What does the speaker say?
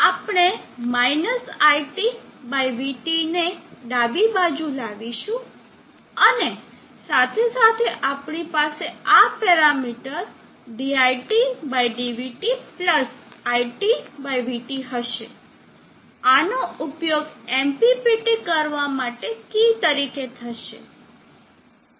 આપણે - iTvT ને ડાબી બાજુ લાવીશું અને સાથે સાથે આપણી પાસે આ પેરામીટર diTdvT iTvT હશે આનો ઉપયોગ MPPT કરવા માટે કી તરીકે થઈ શકે છે